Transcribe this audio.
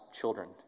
children